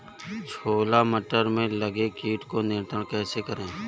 छोला मटर में लगे कीट को नियंत्रण कैसे करें?